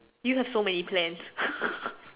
you have so many plans